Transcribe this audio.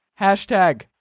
Hashtag